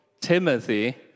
Timothy